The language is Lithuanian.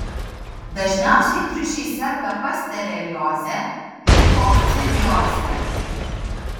dažniausiai triušiai serga pasterelioze ir kokcidioze